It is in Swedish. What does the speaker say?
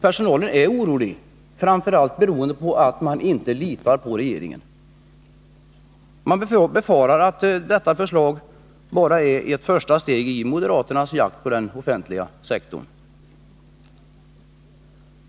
Personalen är orolig, framför allt beroende på att man inte litar på regeringen. Man befarar att detta förslag bara är ett första steg i moderaternas jakt på den offentliga sektorn.